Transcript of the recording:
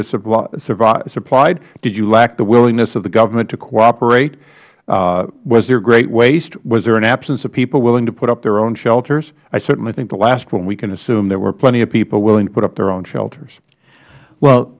have supplied did you lack the willingness of the government to cooperate was there great waste was there an absence of people willing to put up their own shelters i certainly think the last one we can assume there were plenty of people willing to put up their own shelters